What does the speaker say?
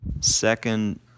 second